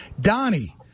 Donnie